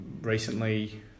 recently